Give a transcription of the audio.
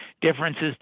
differences